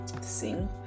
sing